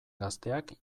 gazteak